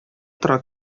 тора